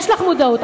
יש לך מודעות.